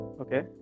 Okay